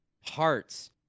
Hearts